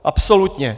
Absolutně!